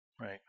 Right